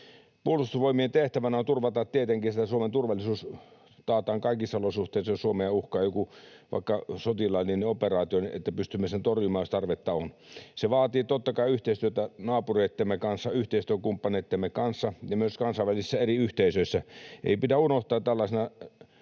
Puolustusvoimien tehtävänä on tietenkin turvata, että Suomen turvallisuus taataan kaikissa olosuhteissa — jos Suomea uhkaa vaikka joku sotilaallinen operaatio, niin että pystymme sen torjumaan, jos tarvetta on. Se vaatii totta kai yhteistyötä naapureittemme kanssa, yhteistyökumppaneittemme kanssa ja myös eri kansainvälisissä yhteisöissä. Ei pidä unohtaa tällaisena